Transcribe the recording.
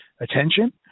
attention